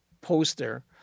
poster